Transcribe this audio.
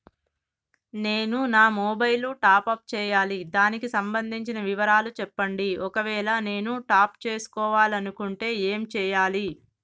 నేను నా mobile top up చేయాలి దానికి సంబంధించిన వివరాలు చెప్పండి ఒకవేళ నేను టాప్ చేసుకోవాలనుకుంటే ఏం చేయాలి?